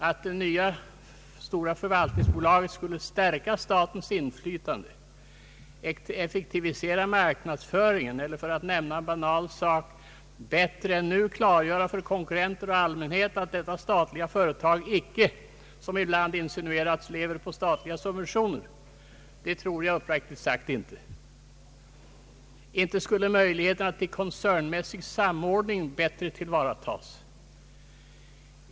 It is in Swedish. Att det nya stora förvaltningsbolaget skulle stärka statens inflytande, effektivisera marknadsföringen eller, för att nämna något banalt, bättre än nu klargöra för konkurrenter och allmänhet att detta statliga företag inte, som det ibland insinuerats, lever på statliga subventioner, tror jag uppriktigt sagt inte. Inte skulle möjligheterna till koncernmässig samordning bättre tillvaratas.